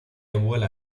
vuela